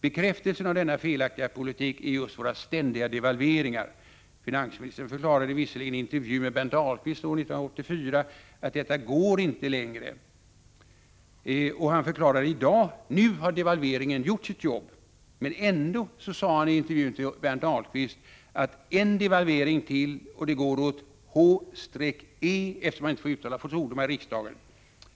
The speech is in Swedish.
Bekräftelsen på denna felaktiga politik är just våra ständiga devalveringar. Finansministern förklarade visserligen i en intervju med Berndt Ahlqvist år 1984 att detta inte går längre. Han förklarade för övrigt i dag att nu har devalveringen gjort sitt jobb, och i intervjun medl Berndt Ahlqvist: ”En devalvering till och det går åt h-e.”